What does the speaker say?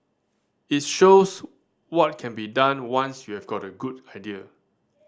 it shows what can be done once you've got a good idea